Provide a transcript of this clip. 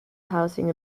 housing